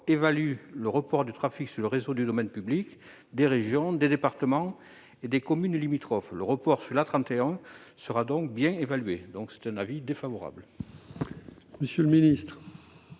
évalue les reports de trafic sur le réseau du domaine public des régions, des départements et des communes limitrophes. Les reports sur l'A31 seront donc bien évalués. Par conséquent, la